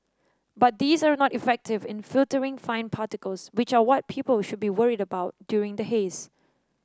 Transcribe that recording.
but these are not effective in filtering fine particles which are what people should be worried about during the haze